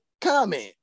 comment